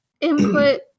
input